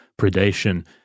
predation